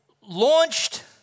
launched